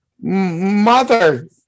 mother